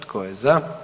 Tko je za?